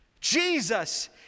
Jesus